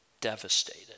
devastated